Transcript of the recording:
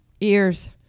Ears